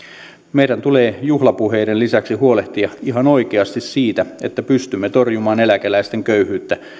meidän tulee juhlapuheiden lisäksi huolehtia ihan oikeasti siitä että pystymme torjumaan eläkeläisten köyhyyttä